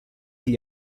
gli